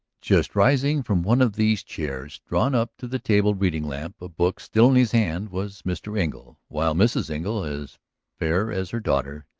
just rising from one of these chairs drawn up to the table reading-lamp, a book still in his hand, was mr. engle, while mrs. engle, as fair as her daughter,